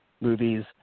movies